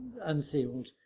unsealed